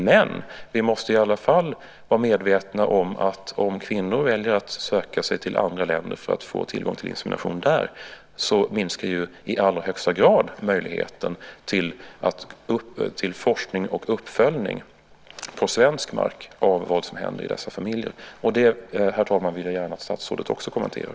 Men vi måste i alla fall vara medvetna om att om kvinnor väljer att söka sig till andra länder för att få tillgång till insemination där minskar ju i allra högsta grad möjligheten till forskning och uppföljning på svensk mark av vad som händer i dessa familjer. Det, herr talman, vill jag också gärna att statsrådet kommenterar.